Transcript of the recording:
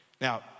Now